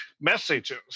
messages